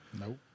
Nope